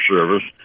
Service